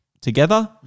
together